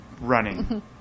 running